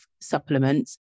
supplements